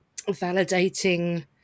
validating